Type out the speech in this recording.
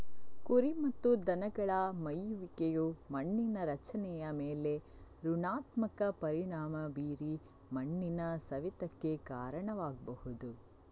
ಕುರಿ ಮತ್ತು ದನಗಳ ಮೇಯುವಿಕೆಯು ಮಣ್ಣಿನ ರಚನೆಯ ಮೇಲೆ ಋಣಾತ್ಮಕ ಪರಿಣಾಮ ಬೀರಿ ಮಣ್ಣಿನ ಸವೆತಕ್ಕೆ ಕಾರಣವಾಗ್ಬಹುದು